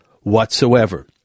whatsoever